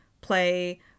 play